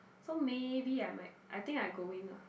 so maybe I might I think I going ah